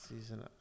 season